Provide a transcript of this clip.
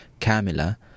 Camilla